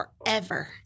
forever